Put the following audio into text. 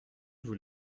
vous